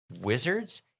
wizards